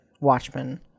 Watchmen